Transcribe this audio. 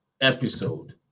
episode